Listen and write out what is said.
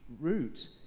route